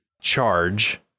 Charge